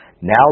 now